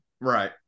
Right